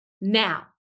now